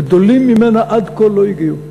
גדולים ממנה עד כה לא הגיעו,